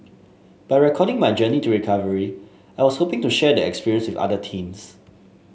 by recording my journey to recovery I was hoping to share the experience with other teens